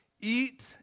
eat